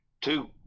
two